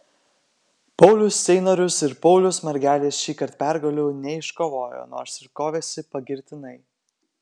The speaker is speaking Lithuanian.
paulius ceinorius ir paulius margelis šįkart pergalių neiškovojo nors ir kovėsi pagirtinai